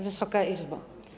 Wysoka Izbo!